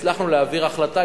הצלחנו להעביר החלטה,